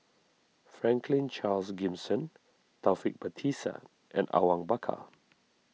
Franklin Charles Gimson Taufik Batisah and Awang Bakar